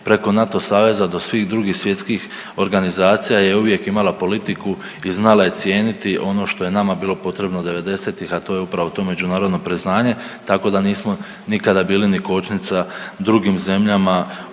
preko NATO saveza do svih drugih svjetskih organizacija je uvijek imala politiku i znala je cijeniti ono što je nama bilo potrebno '90.-tih, a to je upravo to međunarodno priznanje, tako da nismo nikada bili ni kočnica drugim zemljama upravo